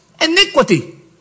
iniquity